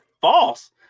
false